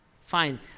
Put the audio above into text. Fine